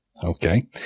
Okay